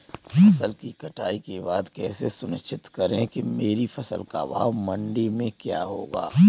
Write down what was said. फसल की कटाई के बाद कैसे सुनिश्चित करें कि मेरी फसल का भाव मंडी में क्या होगा?